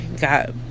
got